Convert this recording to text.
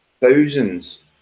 thousands